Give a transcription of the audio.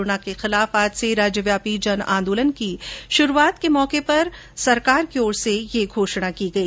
corona के खिलाफ आज से राज्यव्यापी जन आंदोलन की शुरूआत के मौके पर सरकार की ओर से यह घोषणा की गई